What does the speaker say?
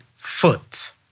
foot